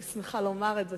אני שמחה לומר את זה,